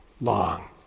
long